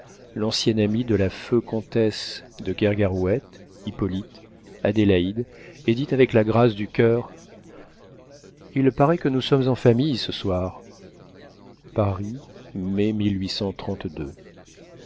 l'ancien ami de la feue comtesse de kergarouët hippolyte adélaïde et dit avec la grâce du coeur il paraît que nous sommes en famille ce soir paris mai